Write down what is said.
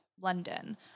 London